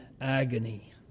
agony